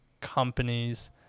companies